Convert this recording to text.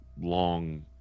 long